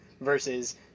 versus